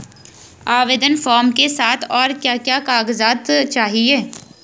आवेदन फार्म के साथ और क्या क्या कागज़ात चाहिए?